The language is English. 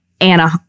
Anna